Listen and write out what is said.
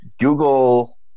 Google